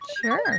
sure